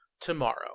tomorrow